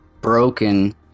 broken